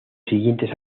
siguientes